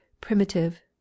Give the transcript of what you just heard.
primitive